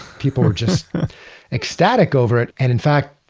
people were just ecstatic over it and in fact,